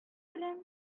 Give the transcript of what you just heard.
белән